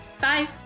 Bye